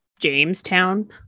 Jamestown